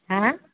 হা